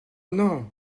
non